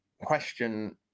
question